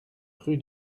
rue